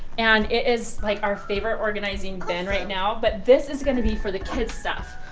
and it is like our favorite organizing bin right now, but this is going to be for the kids stuff,